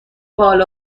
بال